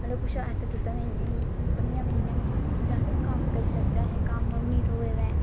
मतलब कुछ ऐसा कीता नी कंपनियां बी नेईं हैन कि जित्थै अस कम्म करी सकचै अहेंगी कम्म बी नी थ्होऐ दा ऐ